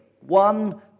one